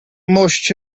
mość